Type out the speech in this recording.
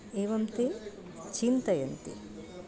एवं ते चिन्तयन्ति